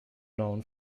known